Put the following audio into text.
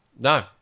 No